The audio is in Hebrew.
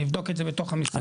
אני אבדוק את זה בתוך המשרד.